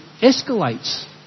escalates